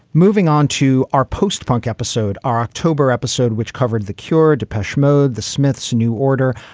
moving on to our post-punk episode, our october episode which covered the cure, depeche mode, the smiths new order.